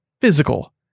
physical